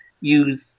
use